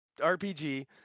RPG